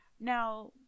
Now